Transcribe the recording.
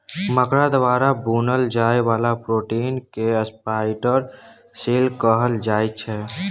मकरा द्वारा बुनल जाइ बला प्रोटीन केँ स्पाइडर सिल्क कहल जाइ छै